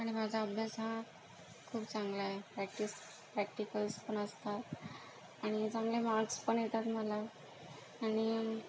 आणि माझा अभ्यास हा खूप चांगला आहे प्रॅक्टिस प्रॅक्टिकल्सपण असतात आणि चांगले मार्क्सपण येतात मला आणि